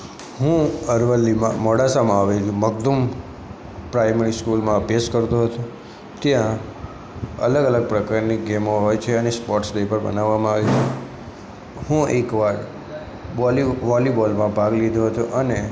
હું અરવલ્લીમાં મોડાસામાં આવેલી મગ્ધુમ પ્રાઇમરી સ્કૂલમાં અભ્યાસ કરતો હતો ત્યાં અલગ અલગ પ્રકારની ગેમો હોય છે અને સ્પોર્ટ્સ ડે પણ મનાવવામાં છે હું એકવાર બોલી વૉલીબોલમાં ભાગ લીધો હતો અને